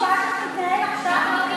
משפט שמתנהל עכשיו?